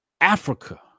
Africa